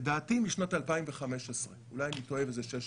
לדעתי משנת 2015. אולי אני טועה וזה מ-2016.